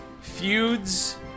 feuds